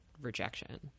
rejection